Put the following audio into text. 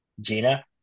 Gina